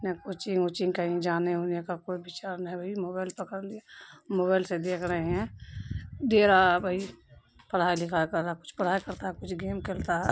نہیں کوچنگ ووچنگ کہیں جانے وانے کا کوئی بچار نہیں بھائی موبائل پکڑ لیا موبائل سے دیکھ رہے ہیں دے رہا بھائی پڑھائی لکھائی کر رہا کچھ پڑھائی کرتا ہے کچھ گیم کھیلتا ہے